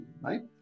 right